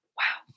wow